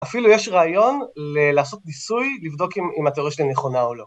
אפילו יש רעיון לעשות ניסוי לבדוק אם התיאוריה שלי נכונה או לא.